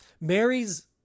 Mary's